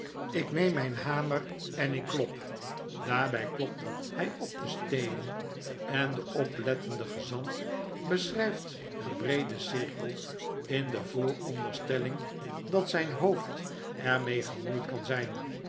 ik neem mijn hamer en ik klop daarbij klopt hij op de steenen en de oplettende gezant beschrijft een breeden cirkel in de vooronderstelling dat zijn hoofd er mee gemoeid kan zijn